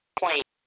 plane